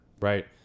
Right